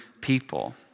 people